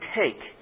take